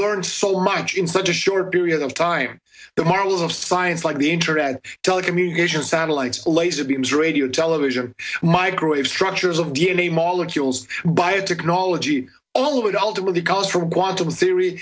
learned so much in such a short period of time the morals of science like the internet telecommunications satellites the laser beams radio television microwave structures of d n a molecules biotechnology all of it ultimately cause for want of a theory